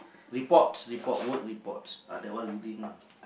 reports report work reports ah that one reading lah